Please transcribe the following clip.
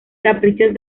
caprichos